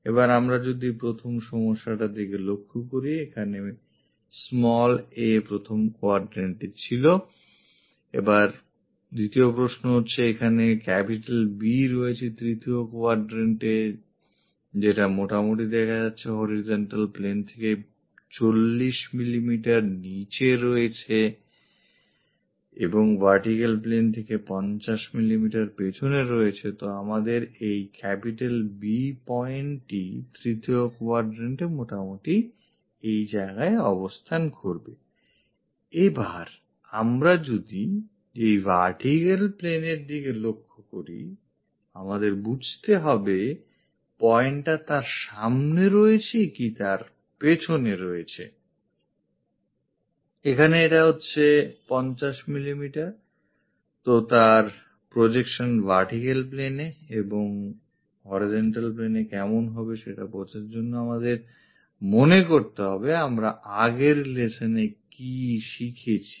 এবার আমরা যদি প্রথম সমস্যাটার দিকে লক্ষ্য করি এখানে a প্রথম quadrantএ ছিলI এবার দ্বিতীয় প্রশ্ন হচ্ছে এখানে B রয়েছে তৃতীয় quadrantএ যেটা মোটামুটি দেখা যাচ্ছে horizontal plane থেকে 40 মিলিমিটার নিচে রয়েছে এবং vertical plane থেকে 50 মিলিমিটার পেছনে রয়েছেI তো আমাদের এইB pointটি তৃতীয় quadrantএ মোটামুটি এই জায়গায় অবস্থান করবেI এবার আমরা যদি এই vertical planeএর দিকে লক্ষ্য করি আমাদের বুঝতে হবে pointটা তার সামনে রয়েছে কি তার পেছনে রয়েছেI এখানে এটা হচ্ছে 50 মিলিমিটার তো তার projection vertical planeএ এবং এবং horizontal planeএ কেমন হবে সেটা বোঝার জন্য আমাদের মনে করতে হবে আমরা আগের lessonএ কি শিখেছি